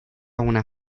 una